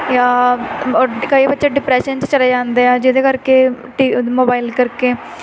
ਜਾਂ ਕਈ ਬੱਚੇ ਡਿਪਰੈਸ਼ਨ 'ਚ ਚਲੇ ਜਾਂਦੇ ਆ ਜਿਹਦੇ ਕਰਕੇ ਟੀ ਮੋਬਾਈਲ ਕਰਕੇ